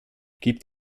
gibt